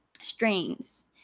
strains